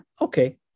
okay